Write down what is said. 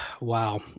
wow